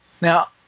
Now